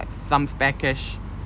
some spare cash